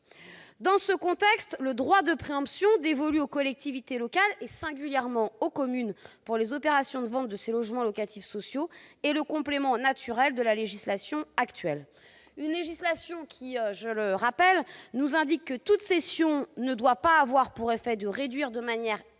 Dans ce contexte, le droit de préemption dévolu aux collectivités locales, singulièrement aux communes, pour les opérations de vente de logements locatifs sociaux, est le complément naturel de la législation actuelle. Je rappelle que la législation prévoit qu'une cession ne « doit pas avoir pour effet de réduire de manière excessive